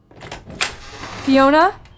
Fiona